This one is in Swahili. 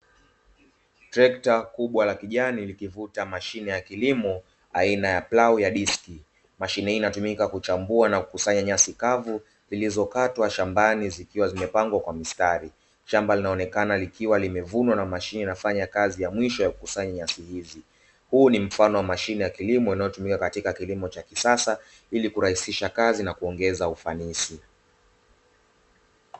Trekta kubwa la kijani likivuta mashine ya kilimo aina ya plau ya diski, mashine inatumika kuchambua na kukusanya nyasi kavu zilizokatwa shambani, zikiwa zimepangwa kwa mistari, shamba linaonekana likiwa limevunwa na mashine inafanya kazi ya mwisho ya kukusanya nyasi hizi. Huu ni mfano wa mashine ya kilimo inayotumika katika kilimo cha kisasa, ili kurahisisha kazi na kuongeza ufanisi.